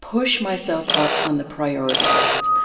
push myself up on the priority list.